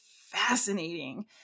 fascinating